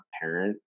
parent